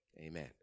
Amen